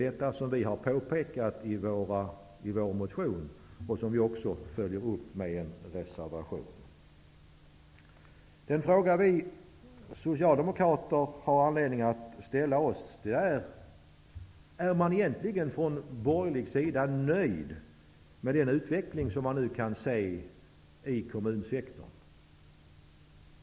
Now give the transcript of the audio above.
Detta har vi påpekat i vår motion, som vi följer upp med en reservation. Den fråga vi socialdemokrater har anledning att ställa är om man från borgerlig sida egentligen är nöjd med den utveckling som man nu kan se i kommunsektorn.